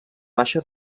baixa